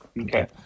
okay